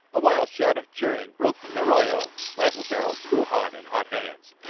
a wild shout of cheering broke from the arroyo rifle-barrels grew hot in hot hands.